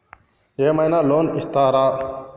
ఏమైనా లోన్లు ఇత్తరా?